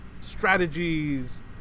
strategies